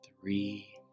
Three